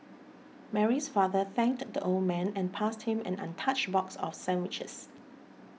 Mary's father thanked the old man and passed him an untouched box of sandwiches